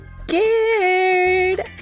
scared